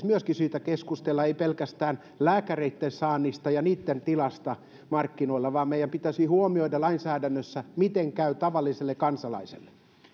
myöskin syytä keskustella ei pelkästään lääkäreitten saannista ja heidän tilastaan markkinoilla meidän pitäisi lainsäädännössä huomioida miten käy tavalliselle kansalaiselle